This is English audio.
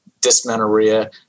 dysmenorrhea